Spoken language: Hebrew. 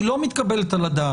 היא לא מתקבלת על הדעת,